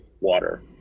water